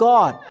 God